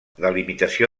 delimitació